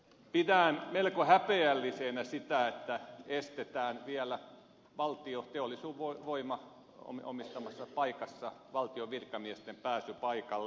pidän melko häpeällisenä sitä että estetään vielä valtion teollisuuden voiman omistamassa paikassa valtion virkamiesten pääsy paikalle